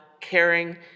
caring